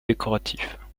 décoratifs